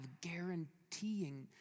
guaranteeing